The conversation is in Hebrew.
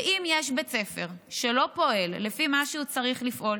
ואם יש בית ספר שלא פועל לפי מה שהוא צריך לפעול,